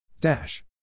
Dash